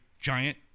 giant